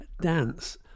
dance